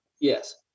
Yes